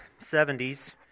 70s